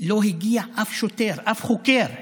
לא הגיע אף שוטר, אף חוקר.